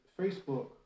Facebook